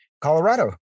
colorado